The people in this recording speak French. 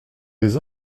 des